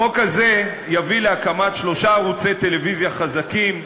החוק הזה יביא להקמת שלושה ערוצי טלוויזיה חזקים,